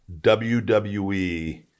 WWE